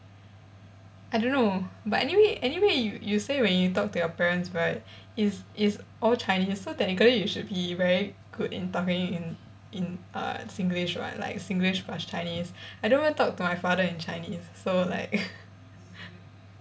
I don't know but anyway anyway you you say when you talk to your parents right it's it's all chinese so technically you should be very good in talking in in uh singlish [what] like singlish plus chinese I don't even talk to my father in chinese so like